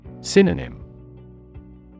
Synonym